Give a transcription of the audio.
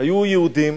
היו יהודים